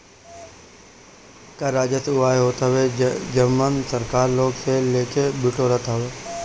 कर राजस्व उ आय होत हवे जवन सरकार लोग से लेके बिटोरत हवे